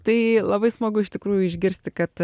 tai labai smagu iš tikrųjų išgirsti kad